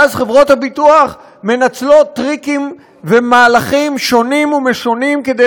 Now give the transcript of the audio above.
ואז חברות הביטוח מנצלות טריקים ומהלכים שונים ומשונים כדי